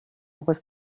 was